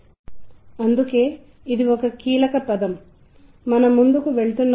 నేను ఇప్పుడు ఇక్కడ ఒక వాయిద్యాన్ని ప్లే చేస్తున్నాను మరియు మీరు ఇక్కడ మరొక వాయిద్యాన్ని వినగలరు